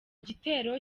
gitero